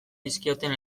dizkioten